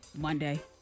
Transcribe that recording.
Monday